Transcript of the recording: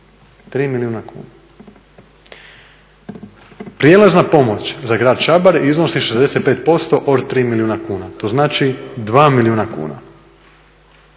3 milijuna kuna. Prijelazna pomoć za grad Čabar iznosi 65% od 3 milijuna kuna, to znači 2 milijuna kuna.